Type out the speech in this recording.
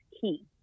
key